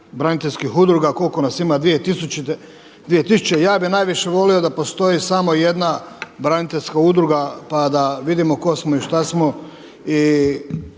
Hvala